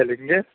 چلیں گے